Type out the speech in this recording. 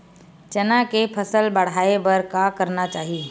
चना के फसल बढ़ाय बर का करना चाही?